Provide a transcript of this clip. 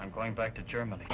i'm going back to germany